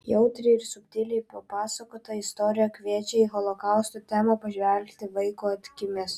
jautriai ir subtiliai papasakota istorija kviečia į holokausto temą pažvelgti vaiko akimis